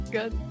Good